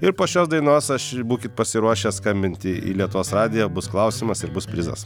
ir po šios dainos aš būkit pasiruošę skambinti į lietuvos radiją bus klausimas ir bus prizas